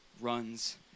Runs